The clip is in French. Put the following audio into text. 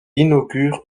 inaugure